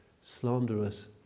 slanderous